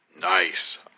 Nice